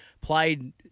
played